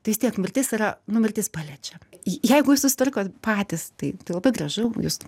tai vis tiek mirtis yra nu mirtis paliečia jeigu jūs susitvarkot patys tai tai labai gražu jūs